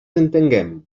entenguem